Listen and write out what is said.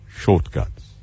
shortcuts